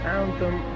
anthem